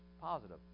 positive